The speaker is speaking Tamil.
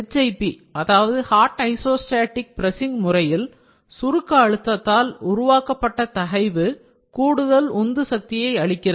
HIP ஹாட் ஐசோஸ்டேடிக் பிரஸ்ஸிங் முறையில் சுருக்க அழுத்தத்தால் உருவாக்கப்பட்ட தகைவு கூடுதல் உந்து சக்தியை அளிக்கிறது